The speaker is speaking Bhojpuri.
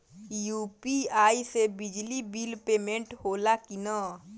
यू.पी.आई से बिजली बिल पमेन्ट होला कि न?